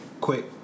Quick